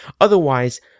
Otherwise